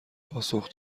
پاسخ